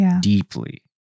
deeply